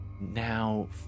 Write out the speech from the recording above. now